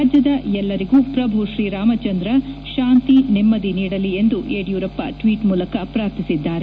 ರಾಜ್ಯದ ಎಲ್ಲರಿಗೂ ಪ್ರಭು ಶ್ರೀರಾಮಚಂದ್ರ ಶಾಂತಿ ನೆಮ್ಮದಿ ನೀಡಲಿ ಎಂದು ಯಡಿಯೂರಪ್ಪ ಟ್ವೀಟ್ ಮೂಲಕ ಪ್ರಾರ್ಥಿಸಿದ್ದಾರೆ